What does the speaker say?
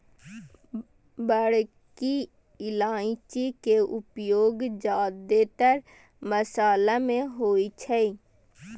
बड़की इलायची के उपयोग जादेतर मशाला मे होइ छै